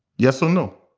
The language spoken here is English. yes or no?